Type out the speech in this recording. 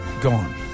gone